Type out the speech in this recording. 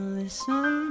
listen